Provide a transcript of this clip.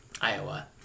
Iowa